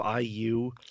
IU